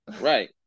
right